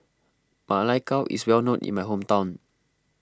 Ma Lai Gao is well known in my hometown